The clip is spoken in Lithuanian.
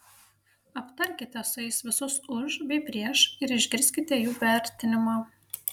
aptarkite su jais visus už bei prieš ir išgirskite jų vertinimą